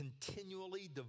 continually